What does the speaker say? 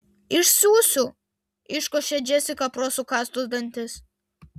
išsiųsiu iškošia džesika pro sukąstus dantis